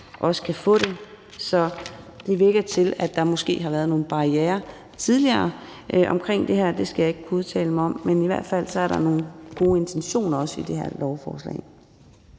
også kan få det. Det virker, som om der måske tidligere har været nogle barrierer omkring det her; det skal jeg ikke kunne udtale mig, men der er i hvert fald også nogle gode intentioner i det her lovforslag.